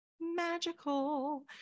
magical